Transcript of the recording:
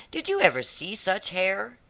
did you ever see such hair?